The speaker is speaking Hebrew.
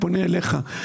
פונה אליך.